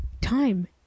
time